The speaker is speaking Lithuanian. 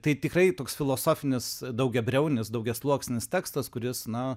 tai tikrai toks filosofinis daugiabriaunis daugiasluoksnis tekstas kuris na